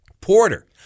Porter